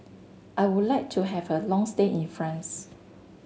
I would like to have a long stay in France